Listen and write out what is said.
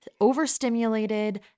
overstimulated